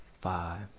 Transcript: five